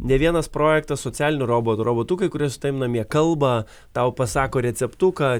ne vienas projektas socialinių robotų robotukai kuris su tavim namie kalba tau pasako receptuką